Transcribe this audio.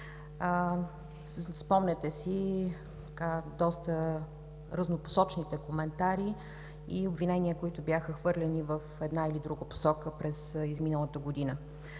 Спомняте си доста разнопосочните коментари и обвинения, които бяха хвърлени в една или друга посока през изминалата година.